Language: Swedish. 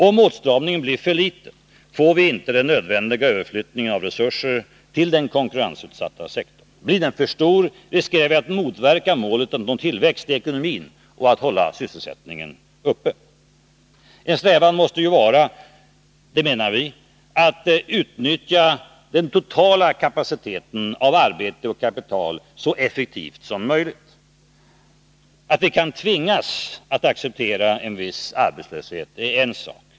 Om åtstramningen blir för liten får vi inte den nödvändiga överflyttningen av resurser till den konkurrensutsatta sektorn. Blir den för stor riskerar vi att motverka målet att nå tillväxt i ekonomin och att hålla sysselsättningen uppe. En strävan måste ju vara, menar vi, att utnyttja den totala kapaciteten av arbete och kapital så effektivt som möjligt. Att vi kan tvingas att acceptera en viss arbetslöshet är en sak.